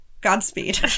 Godspeed